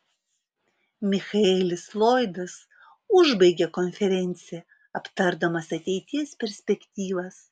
michaelis lloydas užbaigė konferenciją aptardamas ateities perspektyvas